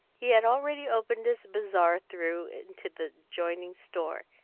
he had already opened his bazaar through into the adjoining store,